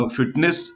Fitness